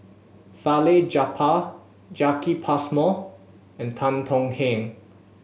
Salleh Japar Jacki Passmore and Tan Tong Hye